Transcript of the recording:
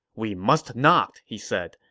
we must not, he said.